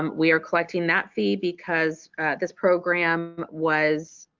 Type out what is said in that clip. um we are collecting that fee because this program was